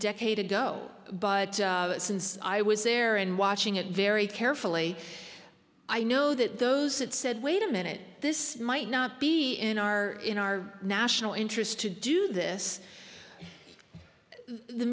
decade ago but since i was there and watching it very carefully i know that those that said wait a minute this might not be in our in our national interest to do this the